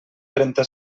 trenta